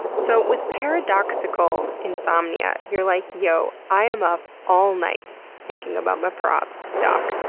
so with paradoxical insomnia, you're like, yo i am up all night thinking about my probs, doc.